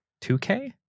2K